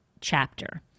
chapter